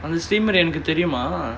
the streamer எனக்கு தெரியுமா:enakku teriyumaa